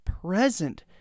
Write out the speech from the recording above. present